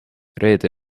reede